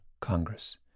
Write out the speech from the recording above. Congress